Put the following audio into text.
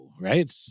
right